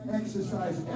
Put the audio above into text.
exercise